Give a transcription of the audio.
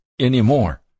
anymore